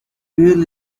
real